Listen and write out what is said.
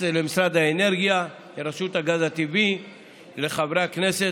למשרד האנרגיה, לרשות הגז הטבעי וחברי הכנסת.